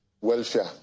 welfare